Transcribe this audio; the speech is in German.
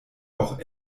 auch